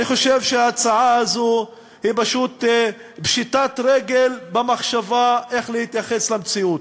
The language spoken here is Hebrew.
אני חושב שההצעה הזו היא פשוט פשיטת רגל במחשבה איך להתייחס למציאות.